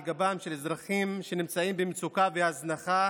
גבם של האזרחים שנמצאים במצוקה והזנחה